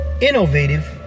innovative